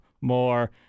more